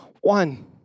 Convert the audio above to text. one